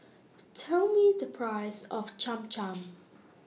Tell Me The Price of Cham Cham